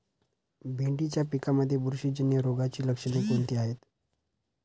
भेंडीच्या पिकांमध्ये बुरशीजन्य रोगाची लक्षणे कोणती आहेत?